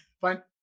Fine